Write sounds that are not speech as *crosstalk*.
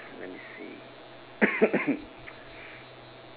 let me see *noise*